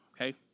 okay